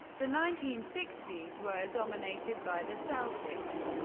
the nineteen sixty s were dominated by the celtics.